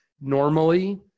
normally